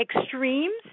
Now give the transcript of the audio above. extremes